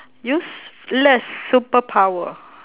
useless superpower